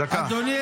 אדוני